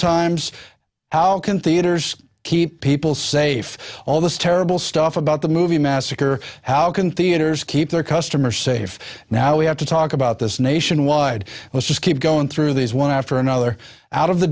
times how can theaters keep people safe all this terrible stuff about the movie massacre how can theaters keep their customers safe now we have to talk about this nationwide was just keep going through these one after another out of the